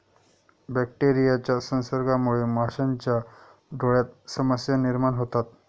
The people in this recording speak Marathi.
बॅक्टेरियाच्या संसर्गामुळे माशांच्या डोळ्यांत समस्या निर्माण होतात